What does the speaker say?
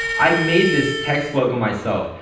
i made this text logo myself.